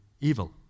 evil